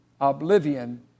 oblivion